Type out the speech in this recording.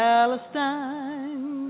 Palestine